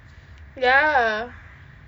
ya